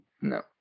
no